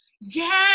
Yes